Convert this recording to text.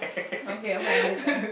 okay I'm fine until ten